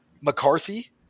McCarthy